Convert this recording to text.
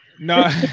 No